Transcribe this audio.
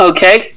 Okay